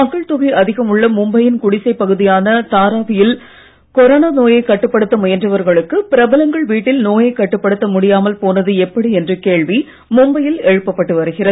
மக்கள் தொகை அதிகம் உள்ள மும்பையின் குடிசைப் பகுதியான தாராவியில் கொரோனா நோயை கட்டுப்படுத்த முயன்றவர்களுக்கு பிரபலங்கள் வீட்டில் நோயை கட்டுப்படுத்த முடியாமல் போனது எப்படி என்ற கேள்வி மும்பையில் எழுப்பப்பட்டு வருகிறது